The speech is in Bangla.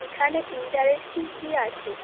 এখানে ইন্টারেস্টিং কী আছে